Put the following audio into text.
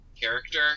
character